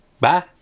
Bye